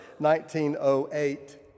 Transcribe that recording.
1908